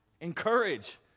Encourage